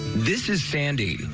this is sandy.